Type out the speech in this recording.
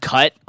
Cut